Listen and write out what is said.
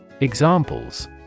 Examples